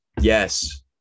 Yes